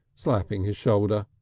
slapping his shoulder.